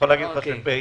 אני